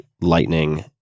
lightning